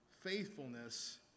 faithfulness